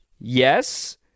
Yes